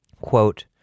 quote